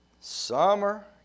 Summer